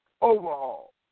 overhaul